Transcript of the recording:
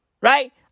right